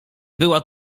była